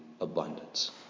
abundance